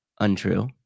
Untrue